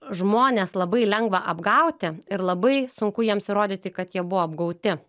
žmones labai lengva apgauti ir labai sunku jiems įrodyti kad jie buvo apgauti